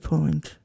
Point